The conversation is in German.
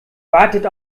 wartet